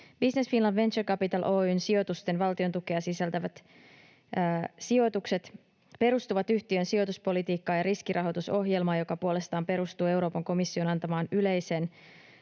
Business Finland Venture Capital Oy:n sijoitusten valtiontukea sisältävät sijoitukset perustuvat yhtiön sijoituspolitiikkaan ja riskirahoitusohjelmaan, joka puolestaan perustuu Euroopan komission antamaan yleiseen